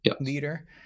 leader